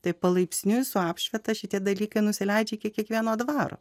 taip palaipsniui su apšvieta šitie dalykai nusileidžia iki kiekvieno dvaro